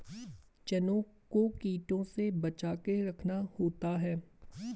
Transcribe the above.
चनों को कीटों से बचाके रखना होता है